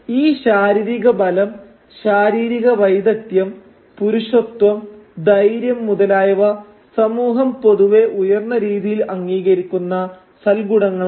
ഈ ശാരീരിക ബലം ശാരീരിക വൈദഗ്ധ്യം പുരുഷത്വം ധൈര്യം മുതലായവ സമൂഹം പൊതുവേ ഉയർന്ന രീതിയിൽ അംഗീകരിക്കുന്ന സദ്ഗുണങ്ങളുമാണ്